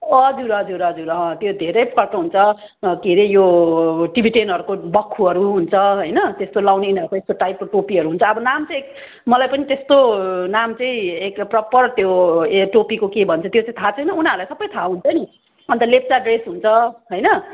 हजुर हजुर हजुर हजुर अँ त्यो धेरै प्रकारको हुन्छ के अरे यो टिबिटियनहरूको बख्खुहरू हुन्छ होइन त्यस्तो लगाउने यिनीहरूको यस्तो टाइपको टोपीहरू हुन्छ अब नाम चाहिँ मलाई पनि त्यस्तो नाम चाहिँ ए प्रोपर त्यो ए टोपीको के भन्छ त्यो चाहिँ थाहा छैन उनीहरूलाई सबै थाहा हुन्छ नि अन्त लेप्चा ड्रेस हुन्छ होइन